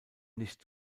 nicht